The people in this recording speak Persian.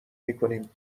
میکنیم